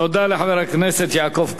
תודה לחבר הכנסת יעקב כץ.